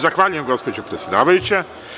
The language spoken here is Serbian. Zahvaljujem gospođo predsedavajuća.